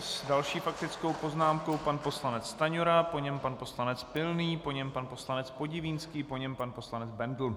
S další faktickou poznámkou pan poslanec Stanjura, po něm pan poslanec Pilný, po něm pan poslanec Podivínský, po něm pan poslanec Bendl.